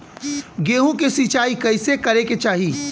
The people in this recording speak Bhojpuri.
गेहूँ के सिंचाई कइसे करे के चाही?